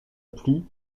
plus